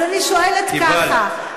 אז אני שואלת ככה,